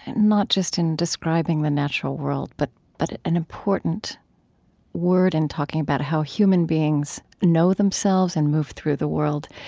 and not just in describing the natural world, but but an important word in talking about how human beings know themselves and move through the world.